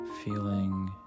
Feeling